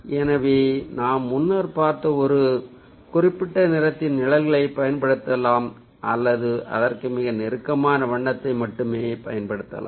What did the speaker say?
எனவே நாம் முன்னர் பார்த்த ஒரு குறிப்பிட்ட நிறத்தின் நிழல்களைப் பயன்படுத்தலாம் அல்லது அதற்கு மிக நெருக்கமான வண்ணத்தை மட்டுமே பயன்படுத்தலாம்